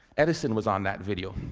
edison was on that video,